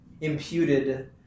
imputed